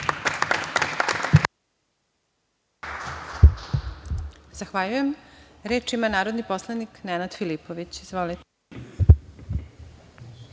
Zahvaljujem. Reč ima narodni poslanik Nenad Filipović. Izvolite.